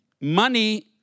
money